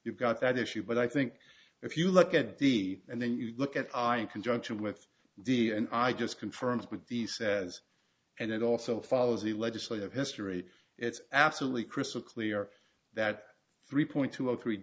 you've got that issue but i think if you look at the and then you look at i conjunction with the and i just confirms with the says and it also follows the legislative history it's absolutely crystal clear that three point two zero three